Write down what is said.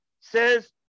says